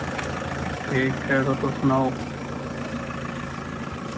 ठीक ऐ तां तुस सनाओ